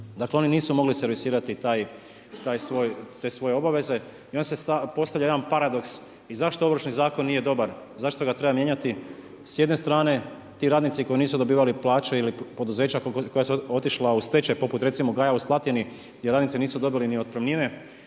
Dakle, oni nisu mogli servisirati te svoje obaveze. I onda se postavlja jedan paradoks i zašto Ovršni zakon nije dobar, zašto ga treba mijenjati? S jedne strane, ti radnici koji nisu dobivali plaće ili poduzeća koja su otišla u stečaj, poput recimo Gaja u Slatini, gdje radnici nisu dobili ni otpremnine,